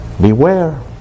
Beware